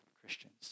Christians